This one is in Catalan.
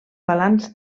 balanç